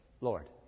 Lord